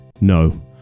no